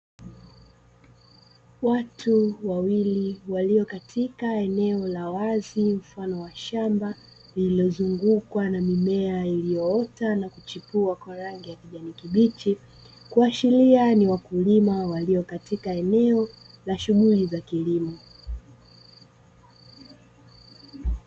Watu wawili walio katika eneo la wazi mfano wa shamba lilozungukwa na mimea iliyoota na kuchipua kwa rangi ya kijani kibichi, kuashiria kuwa ni wakulima walio katika eneo la shughuli za kilimo.